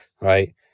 right